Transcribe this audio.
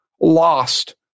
lost